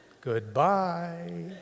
goodbye